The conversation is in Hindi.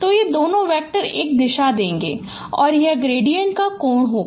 तो ये दोनों वैक्टर एक दिशा देंगे और यह ग्रेडिएंट का कोण होगा